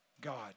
God